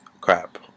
crap